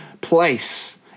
place